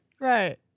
right